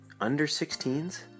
under-16s